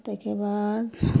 ताहिके बाद